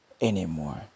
anymore